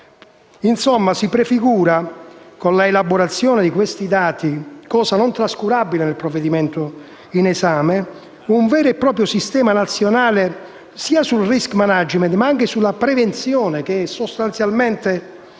Insomma, si prefigura con l'elaborazione di questi dati, cosa non trascurabile nel provvedimento in esame, un vero e proprio sistema nazionale sia sul *risk management*, ma anche sulla prevenzione, che sostanzialmente potrà